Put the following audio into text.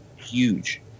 huge